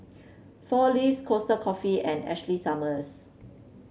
Four Leaves Costa Coffee and Ashley Summers